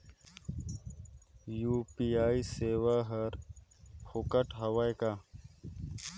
UPI सेवाएं हर फोकट हवय का?